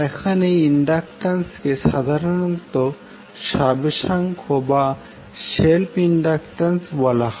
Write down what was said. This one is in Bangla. এখন এই ইন্ডাকট্যান্সকে সাধারণত স্বাবেশাঙ্ক বা সেলফ ইন্ডাক্টান্স বলা হয়